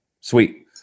Sweet